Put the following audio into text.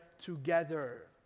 together